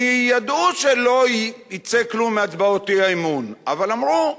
כי ידוע שלא יצא כלום מהצבעות האי-אמון, אבל אמרו: